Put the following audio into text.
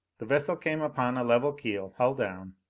the vessel came upon a level keel, hull down.